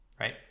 Right